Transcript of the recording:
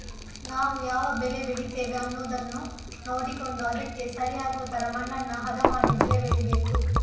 ನಾವು ಯಾವ ಬೆಳೆ ಬೆಳೀತೇವೆ ಅನ್ನುದನ್ನ ನೋಡಿಕೊಂಡು ಅದಕ್ಕೆ ಸರಿ ಆಗುವ ತರ ಮಣ್ಣನ್ನ ಹದ ಮಾಡಿ ಬೆಳೆ ಬೆಳೀಬೇಕು